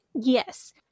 Yes